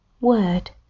word